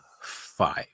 five